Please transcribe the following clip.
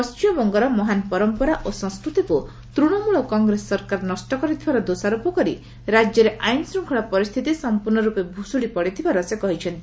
ପଣ୍ଟିମବଙ୍ଗର ମହାନ୍ ପରମ୍ପରା ଓ ସଂସ୍କୃତିକୁ ତୃଶମୂଳ କଂଗ୍ରେସ ସରକାର ନଷ୍ଟ କରିଥିବାର ଦୋଷାରୋପ କରି ରାଜ୍ୟରେ ଆଇନ୍ ଶୃଙ୍ଖଳା ପରିସ୍ଥିତି ସମ୍ପୂର୍ଣ୍ଣ ରୂପେ ଭୁଷୁଡ଼ି ପଡ଼ିଥିବାର ସେ କହିଛନ୍ତି